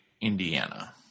Indiana